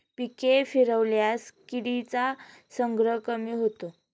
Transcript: पिके फिरवल्यास किडींचा संग्रह कमी होतो